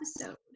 episode